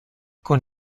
con